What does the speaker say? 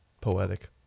Poetic